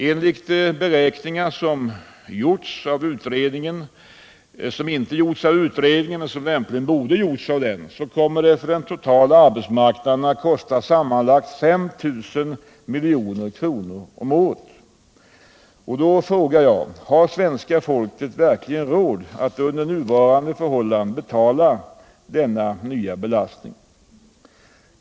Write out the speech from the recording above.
Enligt beräkningar, som inte gjorts av utredningen men som lämpligen hade bort göras av den, kommer det för den totala arbetsmarknaden att kosta sammanlagt ca 5 000 milj.kr. årligen. Har svenska folket verkligen under nuvarande förhållanden råd med denna nya belastning?